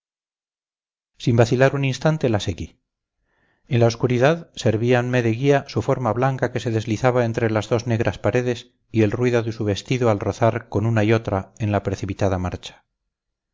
sin vacilar un instante la seguí en la oscuridad servíanme de guía su forma blanca que se deslizaba entre las dos negras paredes y el ruido de su vestido al rozar contra una y otra en la precipitada marcha